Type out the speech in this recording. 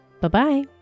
Bye-bye